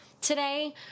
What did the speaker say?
today